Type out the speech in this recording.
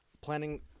planning